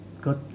got